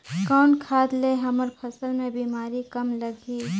कौन खाद ले हमर फसल मे बीमारी कम लगही?